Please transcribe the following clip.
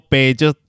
Pages